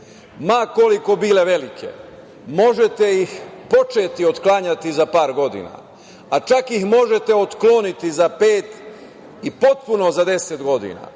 ma koliko bile velike možete ih početi otklanjati za par godina, a čak ih možete otkloniti za pet i potpuno za 10 godina,